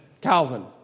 Calvin